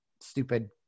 stupid –